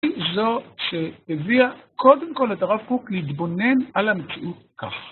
זו שהביאה קודם כול את הרב קוק להתבונן על המציאות כך.